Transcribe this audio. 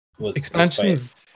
Expansions